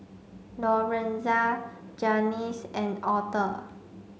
Lorenza Janyce and Author